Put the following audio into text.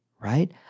right